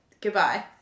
Goodbye